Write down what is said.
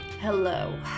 Hello